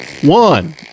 One